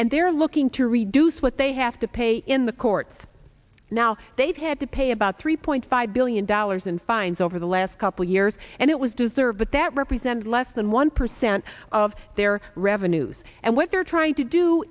and they're looking to reduce what they have to pay in the courts now they've had to pay about three point five billion dollars in fines over the last couple years and it was deserved but that represents less than one percent of their revenues and what they're trying to do